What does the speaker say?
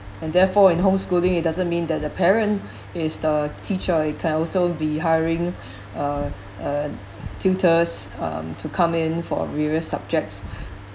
and therefore in homeschooling it doesn't mean that the parent is the teacher you can also be hiring uh uh tutors um to come in for various subjects